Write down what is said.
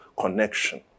connection